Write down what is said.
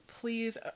please